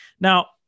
Now